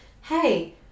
hey